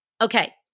Okay